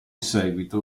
seguito